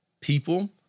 people